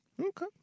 Okay